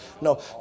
No